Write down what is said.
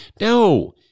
No